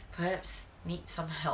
perhaps need some help